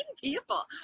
people